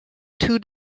two